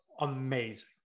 amazing